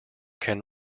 can